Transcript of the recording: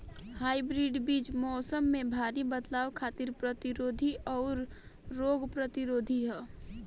hybrid बीज मौसम में भारी बदलाव खातिर प्रतिरोधी आउर रोग प्रतिरोधी ह